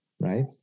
Right